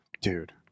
Dude